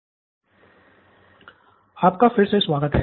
pro Bala आपका फिर से स्वागत है